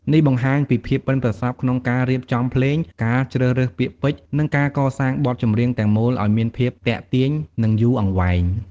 នេះបង្ហាញពីភាពប៉ិនប្រសប់ក្នុងការរៀបចំភ្លេង ការជ្រើសរើសពាក្យពេចន៍ និងការកសាងបទចម្រៀងទាំងមូលឱ្យមានភាពទាក់ទាញ និងយូរអង្វែង។